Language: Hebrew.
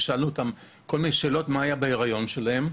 ושאלנו אותן כל מיני שאלות על מהלך ההיריון שלהן.